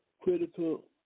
critical